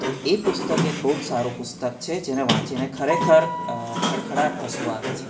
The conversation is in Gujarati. તો એ પુસ્તક એક બહુ જ સારું પુસ્તક છે જેને વાંચીને ખરેખર ખડખડાટ હસવું આવે છે